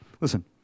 Listen